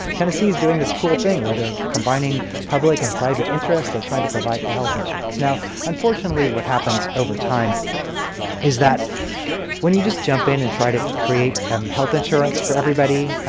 tennessee is doing this cool thing where they're combining public and private interests. they're trying to provide health insurance. unfortunately what happens over time is that when you just jump in and try to create um health insurance for everybody,